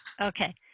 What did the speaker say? Okay